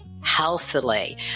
healthily